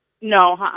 No